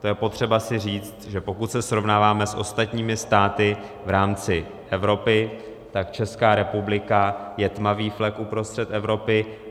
To je potřeba si říct, že pokud se srovnáváme s ostatními státy v rámci Evropy, tak Česká republika je tmavý flek uprostřed Evropy.